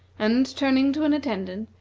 and turning to an attendant,